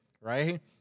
right